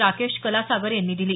राकेश कलासागर यांनी दिली